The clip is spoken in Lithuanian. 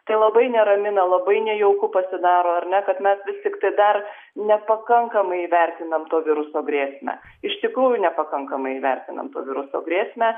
tai labai neramina labai nejauku pasidaro ar ne kad mes visi dar nepakankamai įvertinam to viruso grėsmę iš tikrųjų nepakankamai įvertinam viruso grėsmę